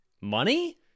money